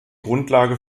grundlage